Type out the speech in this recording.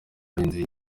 hari